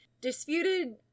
disputed